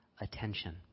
Attention